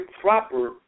proper